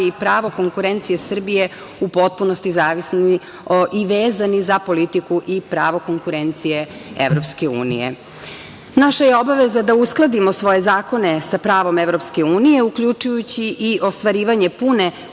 i pravo konkurencije Srbije u potpunosti zavisni i vezani za politiku i pravo konkurencije Evropske unije. Naša je obaveza da uskladimo svoje zakone sa pravom Evropske unije, uključujući i ostvarivanje pune